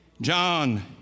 John